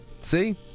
See